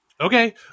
okay